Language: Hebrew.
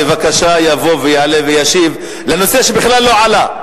יבוא ויעלה וישיב על הנושא שבכלל לא עלה,